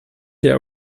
der